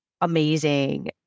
amazing